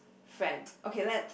friend okay let's